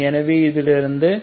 எனவே இதிலிருந்து uxy 12∂α32∂β